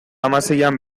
hamaseian